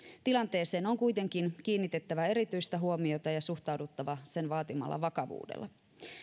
tilanteeseen on kuitenkin kiinnitettävä erityistä huomiota ja ja suhtauduttava sen vaatimalla vakavuudella